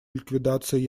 ликвидации